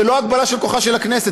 זה לא הגבלה של כוחה של הכנסת.